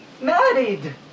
Married